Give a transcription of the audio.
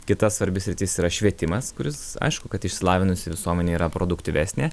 kita svarbi sritis yra švietimas kuris aišku kad išsilavinusi visuomenė yra produktyvesnė